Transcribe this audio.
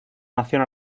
nación